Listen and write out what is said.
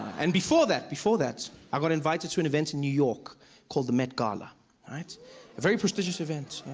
and before that before that i got invited to an event in new york called the met gala, a very prestigious event.